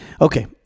Okay